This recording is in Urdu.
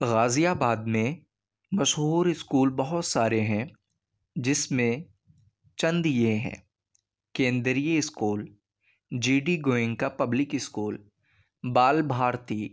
غازی آباد میں مشہور اسکول بہت سارے ہیں جس میں چند یہ ہیں Kendriya school G D Goenka public school Bal بھارتی